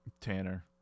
Tanner